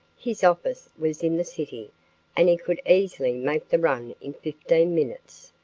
his office was in the city and he could easily make the run in fifteen minutes.